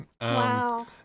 Wow